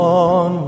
on